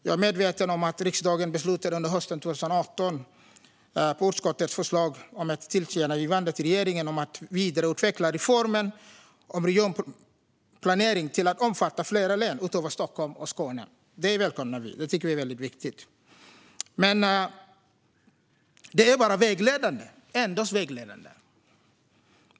Jag är medveten om att riksdagen under hösten 2018 på utskottets förslag beslutade om ett tillkännagivande till regeringen om att vidareutveckla reformen om regionplanering till att omfatta fler län utöver Stockholms län och Skåne län. Det välkomnar vi - det tycker vi är väldigt viktigt - men det är endast vägledande.